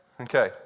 Okay